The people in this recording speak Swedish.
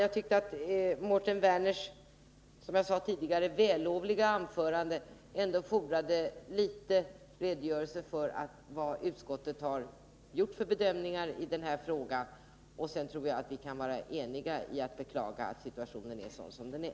Jag tyckte att Mårten Werners lovvärda anförande ändå fordrade en liten redogörelse för vad utskottet har gjort för bedömningar i denna fråga. Sedan tror jag att vi kan vara eniga om det beklagansvärda i att situationen är som den är.